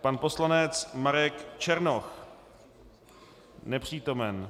Pan poslanec Marek Černoch: Nepřítomen.